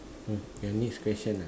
mm your next question ah